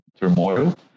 turmoil